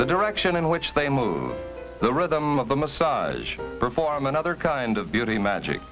the direction in which they move the rhythm of the massage perform another kind of beauty magic